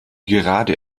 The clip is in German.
gerade